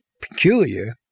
peculiar